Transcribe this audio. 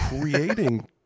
creating